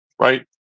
right